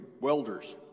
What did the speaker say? welders